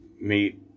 meet